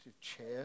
chair